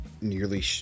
nearly